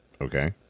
Okay